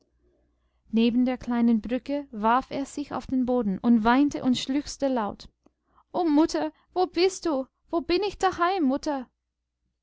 neben der kleinen brücke warf er sich auf den boden und weinte und schluchzte laut o mutter wo bist du wo bin ich daheim